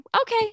Okay